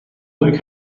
luke